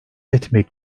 etmek